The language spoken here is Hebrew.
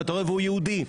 והוא יהודי.